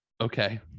Okay